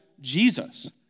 Jesus